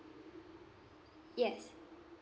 yes